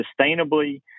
sustainably